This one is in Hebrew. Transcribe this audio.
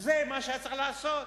זה מה שהיה צריך לעשות.